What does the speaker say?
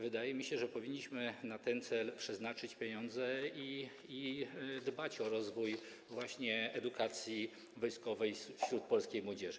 Wydaje mi się, że powinniśmy na ten cel przeznaczyć pieniądze i dbać o rozwój właśnie edukacji wojskowej wśród polskiej młodzieży.